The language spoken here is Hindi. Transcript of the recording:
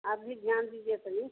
आप भी ध्यान दिया करिए